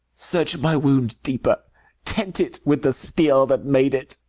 search my wound deeper tent it with the steel that made it.